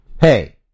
Hey